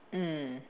mm